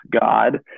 God